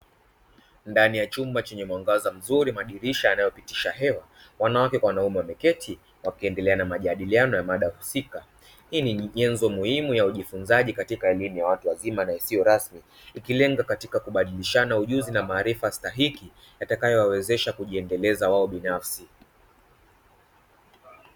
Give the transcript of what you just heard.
Ndani ya chumba chenye mwangaza mzuri madirisha yanapitisha hewa, wanawake kwa wanaume wameketi wakiendelea na majadiliano ya mada husika hii ni nyenzo muhimu ya ujifunzaji katika elimu ya watu wazima na isiyo rasmi ikilenga katika kubadilishana ujuzi na maarifa stahiki yatakayo wawezesha kujiendeleza wao binafsi .